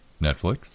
Netflix